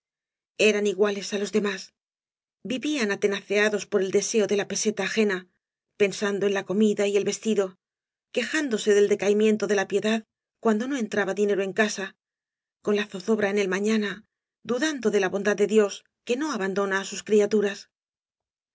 eran iguales á los demás vivían atenaceados por el deseo de la peseta ajena pensando en la corrida y el vestido quejándose del decaimiento de la piedad cuando no entraba dinero en casa con la zozobra en el mañana dudan do de la bondad de dios que no abandona á su criaturas